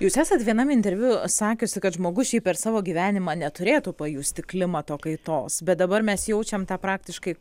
jūs esat vienam interviu sakiusi kad žmogus šiaip per savo gyvenimą neturėtų pajusti klimato kaitos bet dabar mes jaučiam tą praktiškai